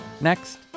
Next